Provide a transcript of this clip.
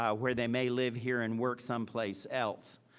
ah where they may live here and work someplace else.